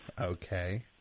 Okay